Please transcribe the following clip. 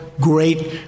great